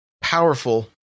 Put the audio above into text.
powerful